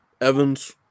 Evans